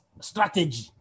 strategy